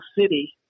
City